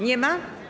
Nie ma?